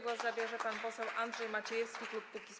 Głos zabierze pan poseł Andrzej Maciejewski, klub Kukiz’15.